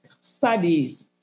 studies